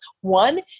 One